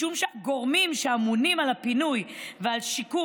משום שגורמים שאמונים על הפינוי ועל שיקום